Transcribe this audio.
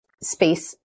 space